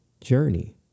journey